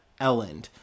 Elland